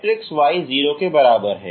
matrix y 0 के बराबर